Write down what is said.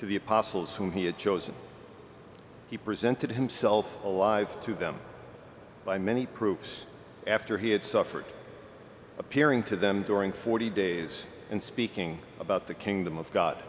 the apostles whom he had chosen he presented himself alive to them by many proofs after he had suffered appearing to them during forty days and speaking about the kingdom